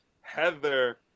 Heather